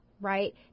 right